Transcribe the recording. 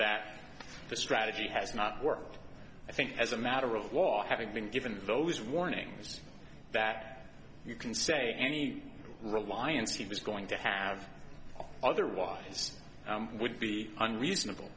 the strategy has not worked i think as a matter of law having been given those warnings that you can say any reliance he was going to have otherwise would be unreasonable